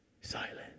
silent